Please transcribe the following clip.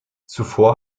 zuvor